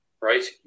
right